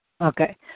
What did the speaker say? Okay